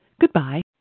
Goodbye